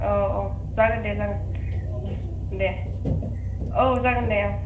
औ औ जागोन दे देह औ जागोन देह औ